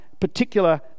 particular